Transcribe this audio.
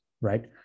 right